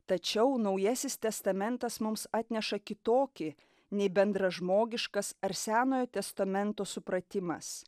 tačiau naujasis testamentas mums atneša kitokį nei bendražmogiškas ar senojo testamento supratimas